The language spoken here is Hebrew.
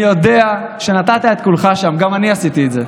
אני יודע שנתת את כולך שם, גם אני עשיתי את זה.